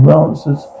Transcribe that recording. answers